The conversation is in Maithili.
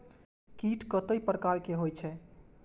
कीट कतेक प्रकार के होई छै?